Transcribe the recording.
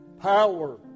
power